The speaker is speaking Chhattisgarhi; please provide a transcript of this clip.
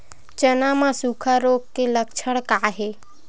चना म सुखा रोग के लक्षण का हे?